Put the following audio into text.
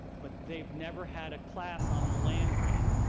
but they've never had a class on land-grant.